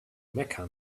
mecca